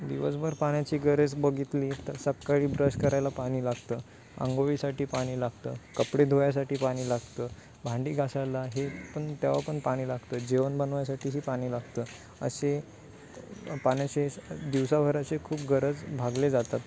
दिवसभर पाण्याची गरज बघितली तर सकाळी ब्रश करायला पाणी लागतं आंघोळीसाठी पाणी लागतं कपडे धुवायसाठी पाणी लागतं भांडी घासायला हे पण तेव्हा पण पाणी लागतं जेवण बनवायसाठीही पाणी लागतं असे पाण्याचे दिवसाभराचे खूप गरज भागले जातात